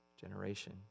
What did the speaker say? generation